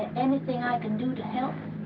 anything i can do to help?